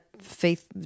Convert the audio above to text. faith